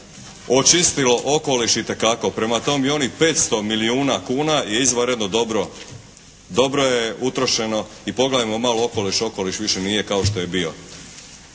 očistilo okoliš itekako. Prema tome i onih 500 milijuna kuna je izvanredno dobro, dobro je utrošeno i pogledajmo malo okoliš, okoliš više nije kao što je bio.